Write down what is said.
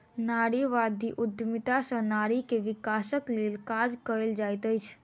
नारीवादी उद्यमिता सॅ नारी के विकासक लेल काज कएल जाइत अछि